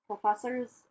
professors